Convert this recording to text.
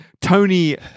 Tony